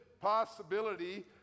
possibility